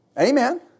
Amen